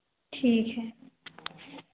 ठीक है